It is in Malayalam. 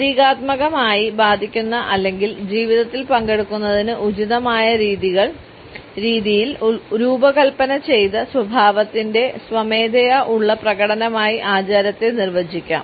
പ്രതീകാത്മകമായി ബാധിക്കുന്ന അല്ലെങ്കിൽ ജീവിതത്തിൽ പങ്കെടുക്കുന്നതിന് ഉചിതമായ രീതിയിൽ രൂപകൽപ്പന ചെയ്ത സ്വഭാവത്തിന്റെ സ്വമേധയാ ഉള്ള പ്രകടനമായി ആചാരത്തെ നിർവചിക്കാം